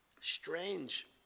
Strange